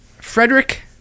Frederick